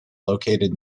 located